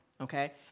okay